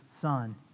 Son